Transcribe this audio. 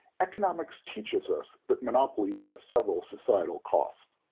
economics teaches us that monopolies have several societal costs.